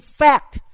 fact